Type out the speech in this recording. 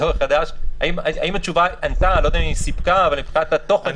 אני חושב שהתשובה לפחות הסבירה את העניין.